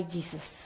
Jesus